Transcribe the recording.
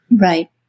Right